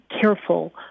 careful